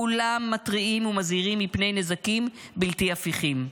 כולם מתריעים ומזהירים מפני נזקים בלתי הפיכים.